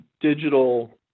digital